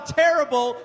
terrible